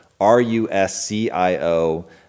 R-U-S-C-I-O